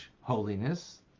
holiness